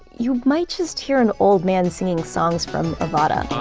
you might just hear an old man singing songs from ah but